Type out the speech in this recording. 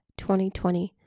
2020